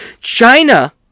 China